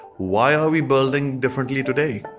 why are we building differently today?